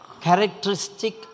characteristic